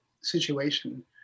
situation